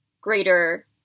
greater